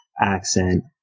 accent